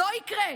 לא יקרה.